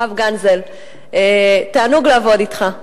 הרב גנזל, תענוג לעבוד אתך.